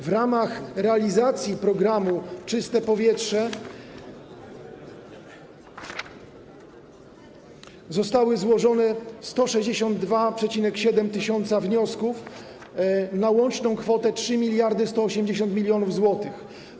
W ramach realizacji programu „Czyste powietrze” zostało złożonych 162,7 tys. wniosków na łączną kwotę 3180 mln zł.